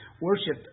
worship